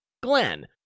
Glenn